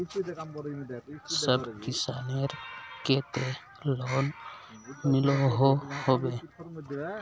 सब किसानेर केते लोन मिलोहो होबे?